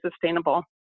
sustainable